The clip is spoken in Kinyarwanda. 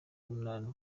munani